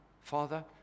Father